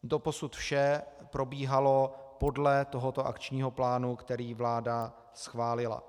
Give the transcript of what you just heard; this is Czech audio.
Doposud vše probíhalo podle tohoto akčního plánu, který vláda schválila.